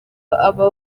aba